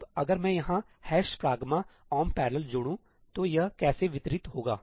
अब अगर मैं यहाँ ' pragma omp parallel'जोड़ूं तो यह कैसे वितरित होगा